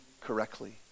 correctly